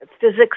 physics